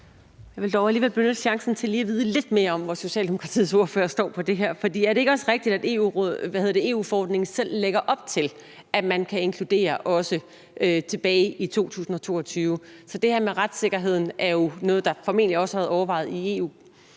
Jeg vil dog alligevel benytte chancen til lige at vide lidt mere om, hvor Socialdemokratiets ordfører står her. For er det ikke også rigtigt, at EU-forordningen selv lægger op til, at man kan inkludere tilbage i 2022? Så det her med retssikkerheden er jo noget, der formentlig også er overvejet i EU